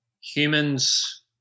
humans